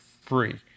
free